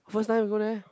first time go there